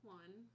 one